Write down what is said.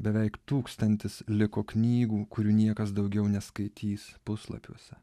beveik tūkstantis liko knygų kurių niekas daugiau neskaitys puslapiuose